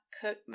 cook